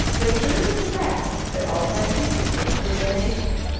the truth of the fact, the authenticity of his donation,